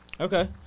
Okay